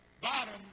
bottom